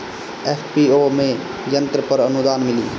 FPO में यंत्र पर आनुदान मिँली?